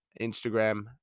Instagram